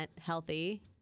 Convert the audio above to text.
healthy